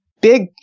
big